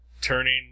turning